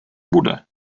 bude